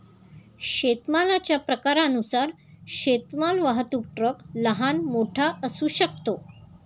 शेतमालाच्या प्रकारानुसार शेतमाल वाहतूक ट्रक लहान, मोठा असू शकतो